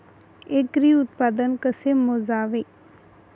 एकरी उत्पादन कसे मोजावे?